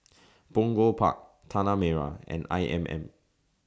Punggol Park Tanah Merah and I M M